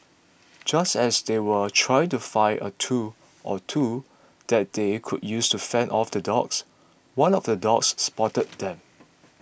just as they were trying to find a tool or two that they could use to fend off the dogs one of the dogs spotted them